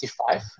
55